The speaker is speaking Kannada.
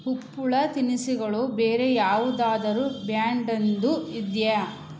ಉಪ್ಪುಳ ತಿನಿಸುಗಳು ಬೇರೆ ಯಾವುದಾದರು ಬ್ರ್ಯಾಂಡಿಂದು ಇದೆಯಾ